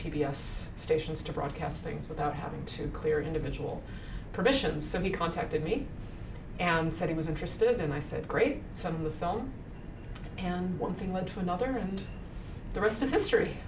s stations to broadcast things without having to clear individual permission so he contacted me and said he was interested and i said great some of the film and one thing led to another and the rest is history